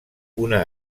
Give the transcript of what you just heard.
una